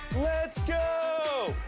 let's go!